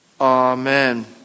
Amen